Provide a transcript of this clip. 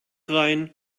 rein